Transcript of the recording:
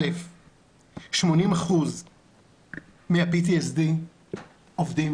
80% מה-PTSD עובדים